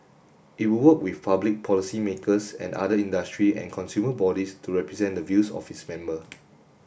it will work with public policymakers and other industry and consumer bodies to represent the views of its member